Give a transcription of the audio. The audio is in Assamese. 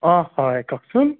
অঁ হয় কওকচোন